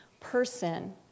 person